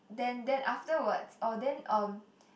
then then afterwards oh then um